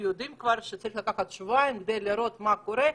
יודעים שצריך לקחת שבועיים כדי לראות מה קורה,